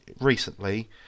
recently